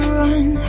run